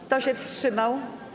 Kto się wstrzymał?